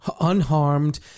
unharmed